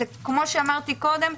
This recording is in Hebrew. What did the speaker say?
כמו אמרתי קודם,